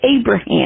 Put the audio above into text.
Abraham